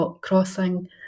crossing